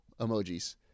emojis